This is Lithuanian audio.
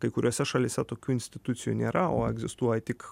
kai kuriose šalyse tokių institucijų nėra o egzistuoja tik